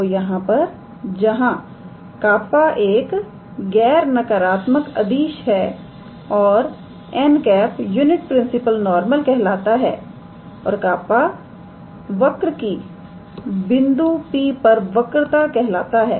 तोयहां पर जहां 𝜅 एक गैर नकारात्मक अदिश है और 𝑛̂ यूनिट प्रिंसिपल नॉर्मल कहलाता है और कापा वक्र की बिंदु P पर वक्रता कहलाता है